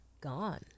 gone